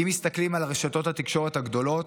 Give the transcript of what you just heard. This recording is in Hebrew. אם מסתכלים על רשתות התקשורת הגדולות,